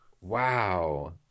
Wow